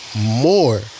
more